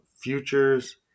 futures